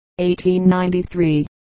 1893